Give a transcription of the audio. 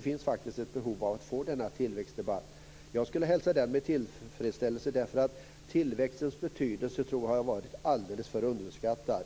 finns det faktiskt ett behov av att få denna tillväxtdebatt? Jag skulle hälsa den med tillfredsställelse, därför att tillväxtens betydelse tror jag har varit alldeles för underskattad.